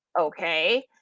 Okay